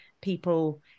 people